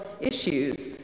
issues